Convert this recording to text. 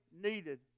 needed